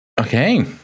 Okay